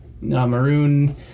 maroon